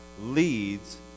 leads